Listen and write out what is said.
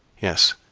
yes,